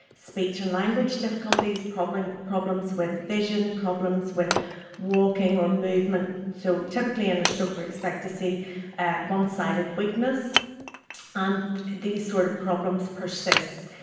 speech and language difficulties, problems problems with vision, problems with walking or movement. so typically in a stroke we expect to see one-sided weakness and these sort of problems persist.